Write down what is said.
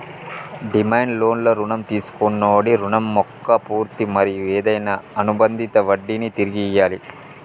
demand లోన్లు రుణం తీసుకొన్నోడి రుణం మొక్క పూర్తి మరియు ఏదైనా అనుబందిత వడ్డినీ తిరిగి ఇయ్యాలి